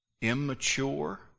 Immature